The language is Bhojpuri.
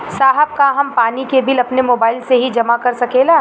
साहब का हम पानी के बिल अपने मोबाइल से ही जमा कर सकेला?